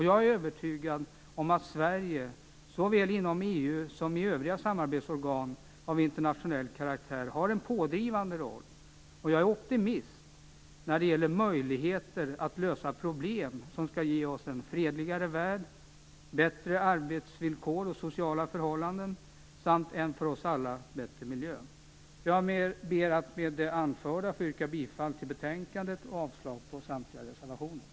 Jag är övertygad om att Sverige såväl inom EU som i övriga samarbetsorgan av internationell karaktär har en pådrivande roll. Jag är optimist när det gäller möjligheterna att lösa problem så att vi får en fredligare värld, bättre arbetsvillkor och sociala förhållanden samt en för oss alla bättre miljö. Med det anförda ber jag att få yrka bifall till hemställan i betänkandet och avslag på samtliga reservationer.